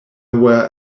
were